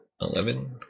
Eleven